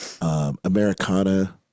Americana